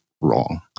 wrong